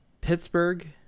Pittsburgh